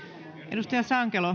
arvoisa